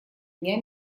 дня